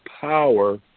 power